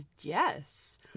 yes